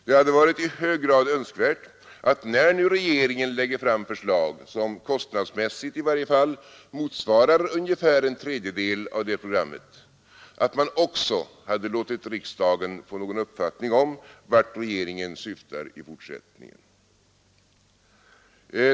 Det hade varit i hög grad önskvärt att regeringen, när den nu lägger fram förslag som i varje fall kostnadsmässigt motsvarar ungefär en tredjedel av det programmet, också hade låtit riksdagen få någon uppfattning om vart regeringen syftar i fortsättningen.